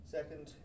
Second